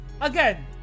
Again